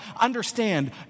understand